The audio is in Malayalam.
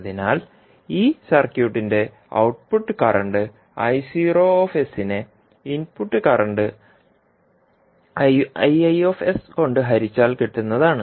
അതിനാൽ ഈ സർക്യൂട്ടിന്റെ ഔട്ട്പുട്ട് കറന്റ്നെ ഇന്പുട്ട് കറൻറ് കൊണ്ട് ഹരിച്ചാൽ കിട്ടുന്നതാണ്